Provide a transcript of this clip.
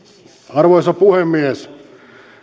arvoisa puhemies